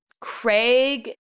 Craig